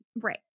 right